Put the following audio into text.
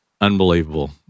unbelievable